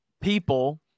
people